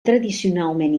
tradicionalment